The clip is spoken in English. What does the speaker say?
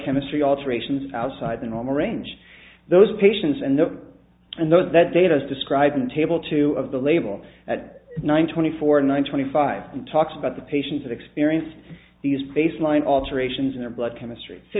chemistry alterations outside the normal range those patients and the and those that data is described in table two of the label at one twenty four and one twenty five and talks about the patients that experienced these baseline alterations in their blood chemistry so